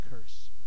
curse